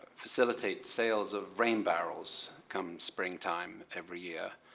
facilitate sales of rain barrels come spring time every year.